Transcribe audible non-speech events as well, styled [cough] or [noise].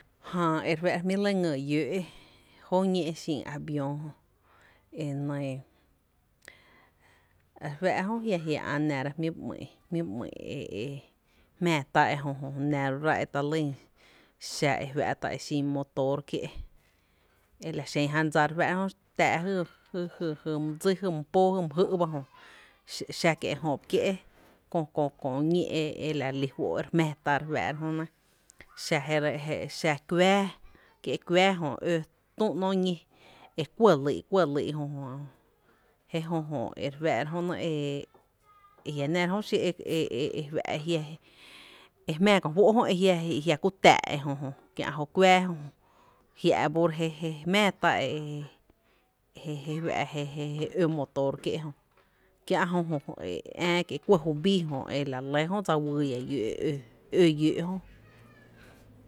Jää e re fáá’ra e jmí’ re lɇ e ngý llǿǿ’ kö jó ñí e xin avión jö, e nɇɇ re fáá’ra jö e jia’ ä’ nára jmí’ [hesitation] jmí’ ba ‘mý’n jmⱥⱥ ta ejö, nⱥ ro rá xa e fⱥ’tá’ e xin motor kié’ e la xen jan dsa re fⱥⱥ’ra jö, tⱥⱥ’ jy my dsí, jy my póó jy mý jý’ ba ejö x [hesitation] xa kie’ ejö ba kié’ kkö ñí e la re lí fó’ re jmáá tá re fáára jö nɇ xa je [hesitation] xa kuⱥⱥ, kié’ kuaⱥ jö ó tü ‘no ñí e kuɇ lyy’, kuɇ lyy’ jö to je jö Jó re fáá’ra jö nɇ a jia’ nera jö xi e jmⱥⱥ ko fó’ e jia’ ku tⱥⱥ’ ejö jó kuⱥⱥ jö, jia’ bo ro’ jé jmⱥⱥ tá je [hesitation] fa’ je je je ó motor kie’ jö kiä’ ejö jö ⱥⱥ kie’ e kuɇ ju bii jö e re lɇ jö e dse wyy lla lló’ jö e ǿ llǿǿ.